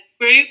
group